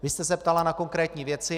Vy jste se ptala na konkrétní věci.